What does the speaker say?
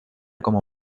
como